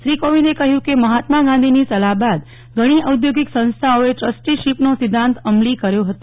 શ્રી કોવિંદે કહ્યું કે મહાત્મા ગાંધીની સલાહ બાદ ઘણી ઓઘોગિક સંસ્થાઓએ ટુસ્ટીશીપનો સિધ્ધાંત અમલી કર્યો હતો